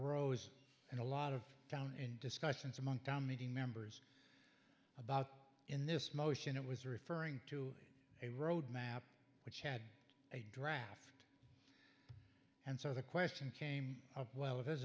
arose and a lot of down and discussions among town meeting members about in this motion it was referring to a road map which had a draft and so the question came up